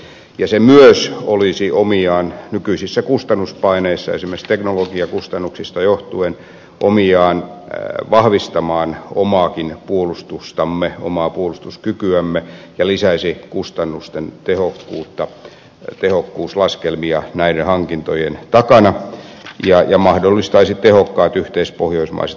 se myös olisi omiaan nykyisissä kustannuspaineissa esimerkiksi teknologiakustannuksista johtuen vahvistamaan omaakin puolustustamme omaa puolustuskykyämme ja lisäisi kustannustehokkuutta näiden hankintojen takana ja mahdollistaisi tehokkaat yhteispohjoismaiset puolustusjärjestelmät